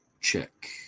check